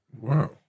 Wow